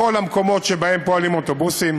ונעביר את זה לכל המקומות שבהם פועלים אוטובוסים.